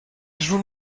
joues